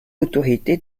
l’autorité